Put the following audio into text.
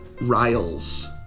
Riles